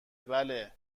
بله